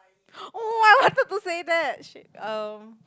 oh !wah! I wanted to say that shit um